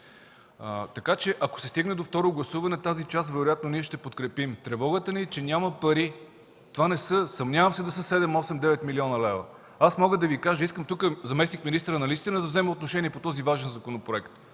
Така че ако се стигне до второ гласуване, тази част вероятно ние ще подкрепим. Тревогата ни е, че няма пари. Съмнявам се да са 7-8-9 млн. лв. Мога да Ви кажа и искам тук заместник-министърът наистина да вземе отношение по този важен законопроект,